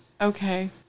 Okay